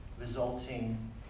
resulting